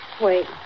Wait